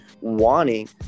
wanting